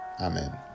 Amen